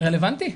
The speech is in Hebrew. רלוונטי?